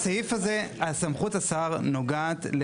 סמכות השר נוגעת,